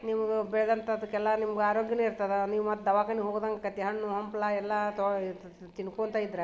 ನಿಮ್ಗೆ ಬೆಳ್ದಂಥದ್ಕೆಲ್ಲ ನಿಮ್ಗೆ ಆರೋಗ್ಯವೂ ಇರ್ತದೆ ನೀವು ಮತ್ತು ದವಾಖಾನೆ ಹೋಗದಂಗೆ ಆಕತಿ ಹಣ್ಣು ಹಂಪ್ಲು ಎಲ್ಲ ತಗೊ ತಿನ್ಕೊತ ಇದ್ದರೆ